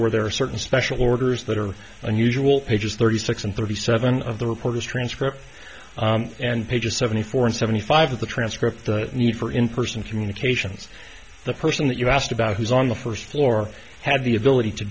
where there are certain special orders that are unusual pages thirty six and thirty seven of the reporter's transcript and pages seventy four and seventy five of the transcript the need for in person communications the person that you asked about who's on the first floor had the ability to